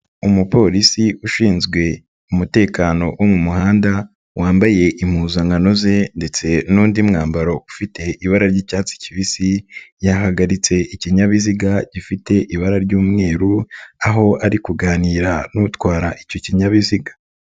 Umupolisi ushinzwe umutekano wo mu muhanda, wambaye impuzankano ze ndetse n'undi mwambaro ufite ibara ry'icyatsi kibisi, yahagaritse ikinyabiziga gifite ibara ry'umweru, aho ari kuganira n'utwara icyo kinyabiziga.